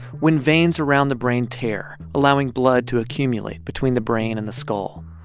when veins around the brain tear, allowing blood to accumulate between the brain and the skull.